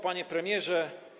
Panie Premierze!